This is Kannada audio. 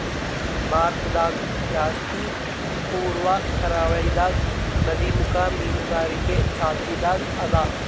ಭಾರತದಾಗ್ ಜಾಸ್ತಿ ಪೂರ್ವ ಕರಾವಳಿದಾಗ್ ನದಿಮುಖ ಮೀನುಗಾರಿಕೆ ಚಾಲ್ತಿದಾಗ್ ಅದಾ